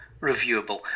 reviewable